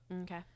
Okay